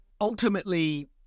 Ultimately